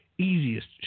Easiest